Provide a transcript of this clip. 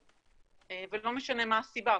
ולא משנה מה הסיבה,